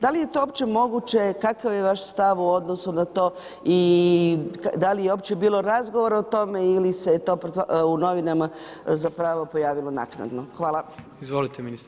Da li je to uopće moguće, kakav je vaš stav u odnosu na to, da li je uopće bilo razgovora o tome ili se to u novinama zapravo pojavilo naknado.